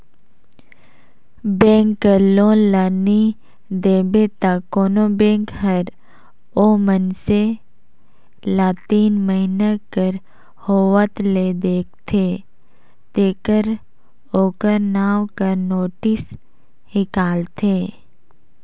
bank कर loan ल नी देबे त कोनो बेंक हर ओ मइनसे ल तीन महिना कर होवत ले देखथे तेकर ओकर नांव कर नोटिस हिंकालथे